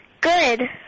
Good